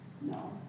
No